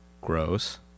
Gross